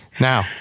Now